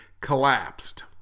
collapsed